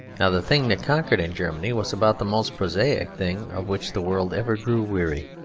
now the thing that conquered in germany was about the most prosaic thing of which the world ever grew weary.